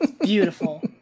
beautiful